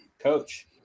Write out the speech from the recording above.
coach